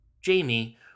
Jamie